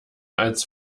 als